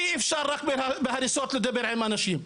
אי אפשר רק בהריסות לדבר עם האנשים.